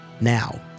Now